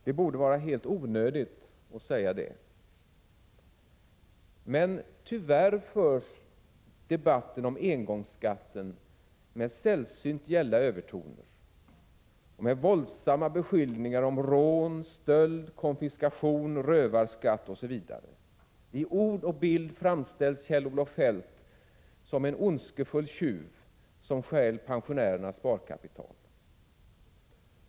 Det borde vara helt onödigt att säga detta. Men tyvärr förs debatten om engångsskatten med sällsynt gälla övertoner och med våldsamma beskyllningar om rån, stöld, konfiskation, rövarskatt osv. I ord och bild framställs Kjell-Olof Feldt som en ondskefull tjuv som stjäl pensionärernas sparkapital.